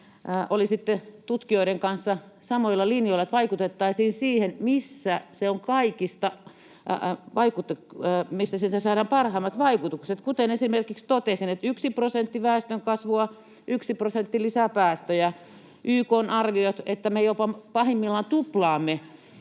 tutkijoiden kanssa samoilla linjoilla, että vaikutettaisiin siihen, missä siitä saadaan parhaimmat vaikutukset, kuten esimerkiksi totesin, että yksi prosentti väestönkasvua, yksi prosentti lisää päästöjä. YK arvioi, että me jopa pahimmillaan tuplaamme